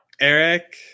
Eric